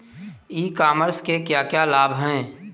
ई commerce के क्या क्या लाभ हैं?